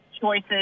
choices